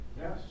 Yes